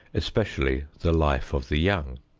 especially the life of the young.